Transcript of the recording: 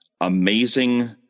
Amazing